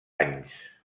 anys